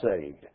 saved